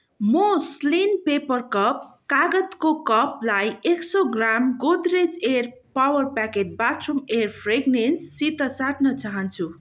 मो slim paper cup कागतको कपलाई एक सय gram Godrej air power packet bathroom air फ्र्यागरेन्ससित साट्न चाहान्छु